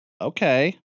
Okay